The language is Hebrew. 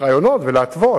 רעיונות ולהתוות.